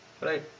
right